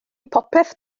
popeth